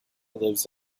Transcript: lives